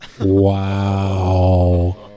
wow